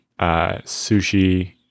sushi